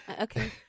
okay